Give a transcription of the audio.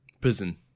prison